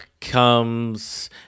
comes